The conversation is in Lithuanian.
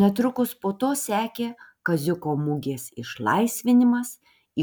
netrukus po to sekė kaziuko mugės išlaisvinimas